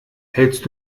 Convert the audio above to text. hältst